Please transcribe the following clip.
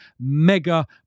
mega